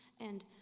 and